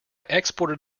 exported